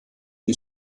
die